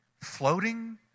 floating